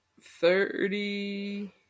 thirty